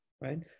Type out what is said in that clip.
right